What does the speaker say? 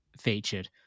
featured